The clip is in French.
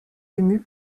ému